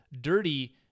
dirty